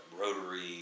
Rotary